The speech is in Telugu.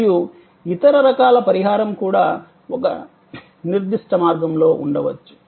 మరియు ఇతర రకాల పరిహారం కూడా ఒక నిర్దిష్ట మార్గంలో ఉండవచ్చు